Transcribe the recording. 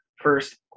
first